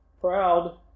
proud